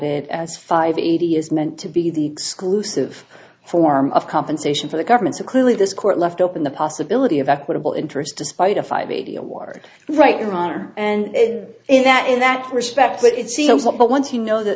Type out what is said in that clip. it as five eighty is meant to be the exclusive form of compensation for the government's a clearly this court left open the possibility of equitable interest despite a five eighty award right your honor and in that in that respect it seems not but once you know that